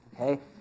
Okay